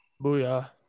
Booyah